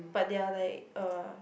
but they're like uh